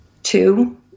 Two